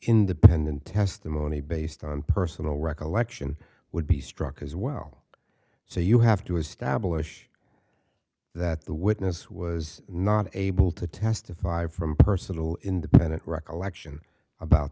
independent testimony based on personal recollection would be struck as well so you have to establish that the witness was not able to testify from personal independent recollection about